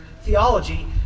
theology